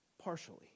partially